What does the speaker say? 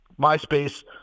MySpace